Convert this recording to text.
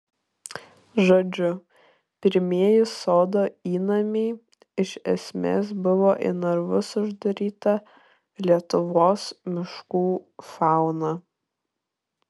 žodžiu pirmieji sodo įnamiai iš esmės buvo į narvus uždaryta lietuvos miškų fauna